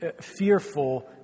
fearful